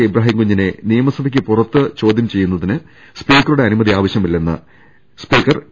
ഇബ്രാഹിം കുഞ്ഞിനെ നിയമസഭക്ക് പുറത്ത് വെച്ച് ചോദ്യം ചെയ്യുന്നതിന് സ്പീക്കറുടെ അനുമതി ആവശ്യമില്ലെന്ന് സ്പീക്കർ പി